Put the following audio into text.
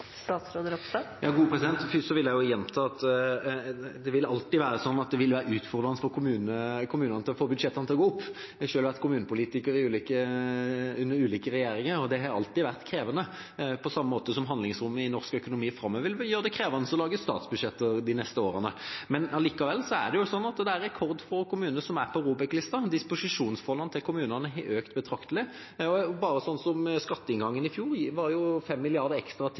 Først vil jeg gjenta at det alltid vil være slik at det vil være utfordrende for kommunene å få budsjettene til å gå opp. Jeg har selv vært kommunepolitiker, under ulike regjeringer, og det har alltid vært krevende, på samme måte som handlingsrommet i norsk økonomi framover vil gjøre det krevende å lage statsbudsjetter de neste årene. Allikevel er det rekordfå kommuner som er på ROBEK-lista. Disposisjonsfondene til kommunene har økt betraktelig – bare når det gjelder skatteinngangen i fjor, var det 5 mrd. kr ekstra til